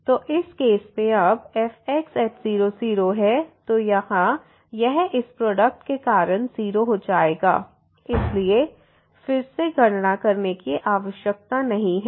तो इस केस में अब fx 00 है तो यहां यह इस प्रोडक्ट के कारण 0 हो जाएगा इसलिए फिर से गणना करने की आवश्यकता नहीं है